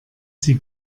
sie